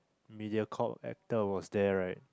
Mediacorp actor was there right